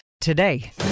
Today